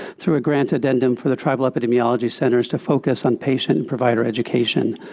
through a grant addendum for the tribal epidemiology centers to focus on patient and provider education.